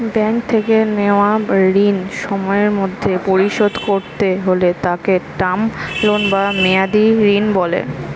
bank থেকে নেওয়া ঋণ সময়ের মধ্যে পরিশোধ করতে হলে তাকে টার্ম লোন বা মেয়াদী ঋণ বলে